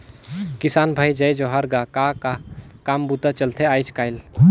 किसान भाई जय जोहार गा, का का काम बूता चलथे आयज़ कायल?